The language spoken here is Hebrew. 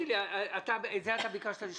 עודד פורר, תגיד לי, את זה ביקשת לשמוע?